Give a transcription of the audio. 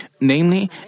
Namely